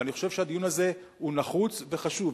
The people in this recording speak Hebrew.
ואני חושב שהדיון הזה הוא נחוץ וחשוב.